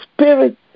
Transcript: spirit